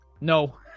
no